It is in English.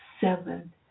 seven